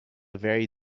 very